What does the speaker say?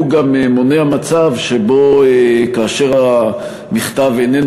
הוא גם מונע מצב שבו כאשר המכתב איננו